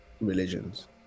religions